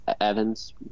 Evans